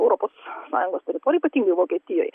europos sąjungos teritorijoj ypatingai vokietijoj